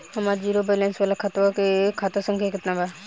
हमार zero balance वाला खतवा के खाता संख्या केतना बा?